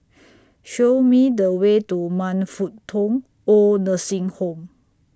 Show Me The Way to Man Fut Tong Oid Nursing Home